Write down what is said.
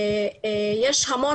כי יש המון